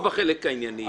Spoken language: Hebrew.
לא בחלק הענייני.